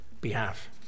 behalf